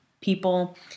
people